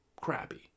crappy